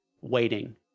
waiting